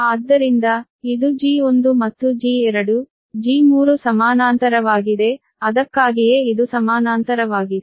ಆದ್ದರಿಂದ ಇದು G1 ಮತ್ತು G2 G3 ಸಮಾನಾಂತರವಾಗಿದೆ ಅದಕ್ಕಾಗಿಯೇ ಇದು ಸಮಾನಾಂತರವಾಗಿದೆ